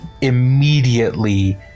immediately